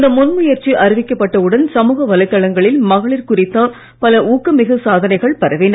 இந்த முன் முயற்சி அறிவிக்கப்பட்ட உடன் சமூக வலைதளங்களில் மகளிர் குறித்த பல ஊக்கமிகு சாதனைகள் பரவின